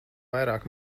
vairāk